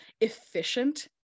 efficient